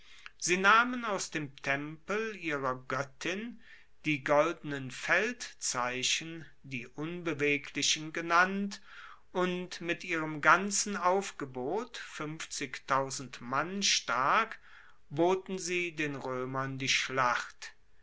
sie nahmen aus dem tempel ihrer goettin die goldenen feldzeichen die unbeweglichen genannt und mit ihrem ganzen aufgebot mann stark boten sie den roemern die schlacht